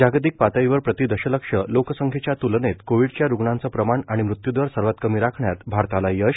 जागतिक पातळीवर प्रति दशलक्ष लोकसंख्येच्या त्लनेत कोविडच्या रुग्णांचं प्रमाण आणि मृत्युदर सर्वात कमी राखण्यात भारताला यश